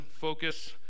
focus